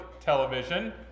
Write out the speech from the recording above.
television